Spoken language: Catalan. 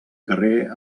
carrer